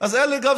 אז גם אין לי ספק